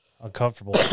uncomfortable